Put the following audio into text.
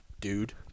dude